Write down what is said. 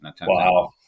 Wow